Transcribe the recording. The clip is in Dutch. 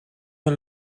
een